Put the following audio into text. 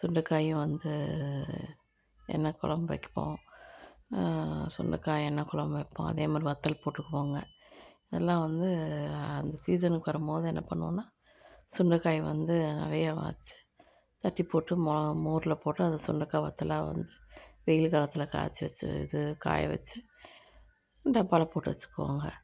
சுண்டைக்காயும் வந்து வேணா குழம்பு வக்கிவோம் சுண்டக்காயை எண்ணெய் குழம்பு வைப்போம் அதேமாதிரி வத்தல் போட்டுக்குவோங்க இதெல்லாம் வந்து அந்த சீசனுக்கு வரும்போது என்ன பண்ணுவோன்னா சுண்டக்காயை வந்து நிறையா வச்சு தட்டிப்போட்டு மோ மோரில் போட்டு அதை சுண்டக்காய் வத்தலாக வந்து வெயில் காலத்தில் காய்ச்சு வச்சு இது காய வச்சு டப்பாவில போட்டு வச்சுக்குவோங்க